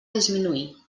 disminuir